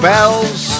Bells